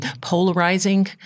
polarizing